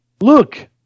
Look